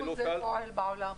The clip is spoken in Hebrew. איפה זה פועל בעולם?